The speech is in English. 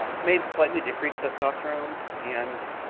um may slightly decrease testosterone and